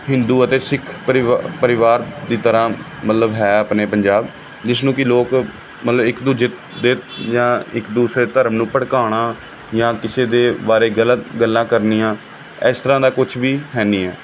ਹਿੰਦੂ ਅਤੇ ਸਿੱਖ ਪਰਿਵਾ ਪਰਿਵਾਰ ਦੀ ਤਰ੍ਹਾਂ ਮਤਲਬ ਹੈ ਆਪਣੇ ਪੰਜਾਬ ਜਿਸ ਨੂੰ ਕਿ ਲੋਕ ਮਤਲਬ ਇੱਕ ਦੂਜੇ ਦੇ ਜਾਂ ਇੱਕ ਦੂਸਰੇ ਧਰਮ ਨੂੰ ਭੜਕਾਉਣਾ ਜਾਂ ਕਿਸੇ ਦੇ ਬਾਰੇ ਗਲਤ ਗੱਲਾਂ ਕਰਨੀਆਂ ਇਸ ਤਰ੍ਹਾਂ ਦਾ ਕੁਛ ਵੀ ਹੈ ਨਹੀਂ ਹੈ